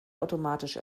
automatisch